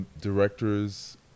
directors